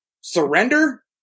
surrender